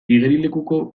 igerilekuko